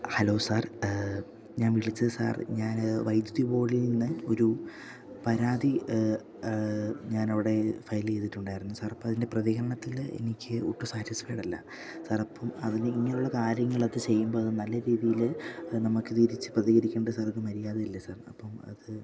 hello sir ഞാൻ വിളിച്ചത് sir ഞാന് വൈദ്യുതി ബോർഡിൽ നിന്ന് ഒരു പരാതി ഞാനവിടെ ഫയൽ ചെയ്തിട്ടുണ്ടായിരുന്നു സാർ അപ്പോൾ അതിൻ്റെ പ്രതികരണത്തില് എനിക്ക് ഒട്ടും സാറ്റിസ്ഫൈഡ് അല്ല സാറപ്പം അതിന് ഇങ്ങനുള്ള കാര്യങ്ങളൊക്കെ ചെയ്യുമ്പോൾ അത് നല്ല രീതിയിൽ അത് നമുക്ക് തിരിച്ച് പ്രതികരിക്കേണ്ട സറിനും മര്യാദ അല്ലേ സാർ അപ്പം അത്